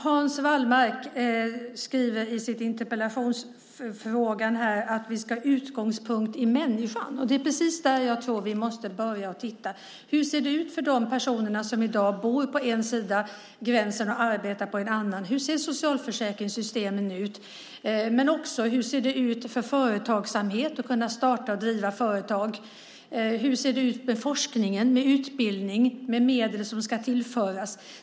Hans Wallmark skriver i sin interpellation att vi ska ha utgångspunkt i människan. Det är precis där jag tror att vi måste börja titta. Hur ser det ut för de personer som i dag bor på en sida av gränsen och arbetar på en annan? Hur ser socialförsäkringssystemen ut? Men också: Hur ser det ut för företagsamheten, att kunna starta och driva företag? Hur ser det ut med forskningen, med utbildning, med medel som ska tillföras?